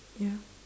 ya